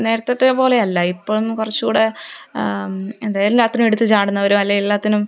നേരത്തത്തെ പോലെയല്ല ഇപ്പോള് കുറച്ചുകൂടെ എന്താ എല്ലാത്തിനും എടുത്തു ചാടുന്നവരും അല്ലെങ്കില് എല്ലാത്തിനും